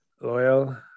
loyal